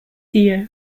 video